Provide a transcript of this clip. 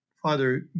Father